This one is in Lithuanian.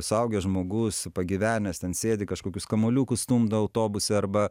suaugęs žmogus pagyvenęs ten sėdi kažkokius kamuoliukus stumdo autobuse arba